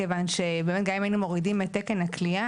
כיוון שגם אם היינו מורידים את תקן הכליאה